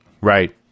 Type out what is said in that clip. Right